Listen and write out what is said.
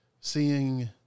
seeing